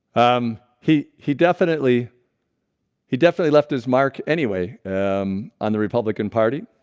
um, he he definitely he definitely left his mark anyway on the republican party